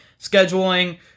scheduling